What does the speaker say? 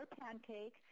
pancake